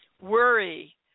Worry